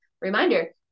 reminder